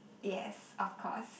yes of course